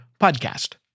podcast